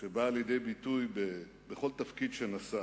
באה לידי ביטוי בכל תפקיד שנשא.